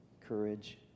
courage